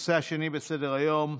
הנושא השני שעל סדר-היום,